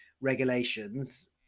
regulations